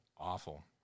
Awful